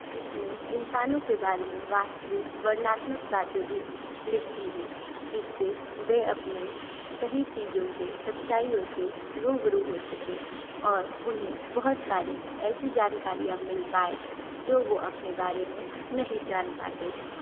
इसमें इंसानों के बारे में वास्तविक वर्णात्मक बातें भी लिखती हूँ जिससे वे अपने सही चीजों से सच्चाईयों से रूबरू हो सके और उन्हें बहुत सारी ऐसी जानकारियाँ मिल पाए जो वो अपने बारे में नहीं जान पाते हैं